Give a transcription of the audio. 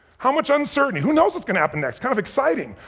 how much uncertainty? who knows what's gonna happen next? kind of exciting,